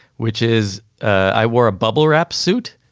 which is i wore a bubble wrap suit.